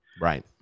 Right